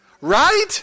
Right